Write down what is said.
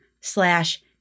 slash